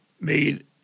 made